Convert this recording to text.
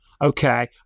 okay